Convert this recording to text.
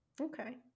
Okay